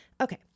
Okay